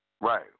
Right